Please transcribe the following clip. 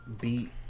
beat